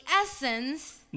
essence